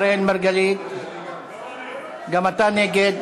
אראל מרגלית, נגד.